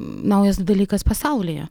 naujas dalykas pasaulyje